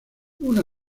una